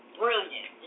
brilliant